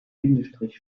bindestrich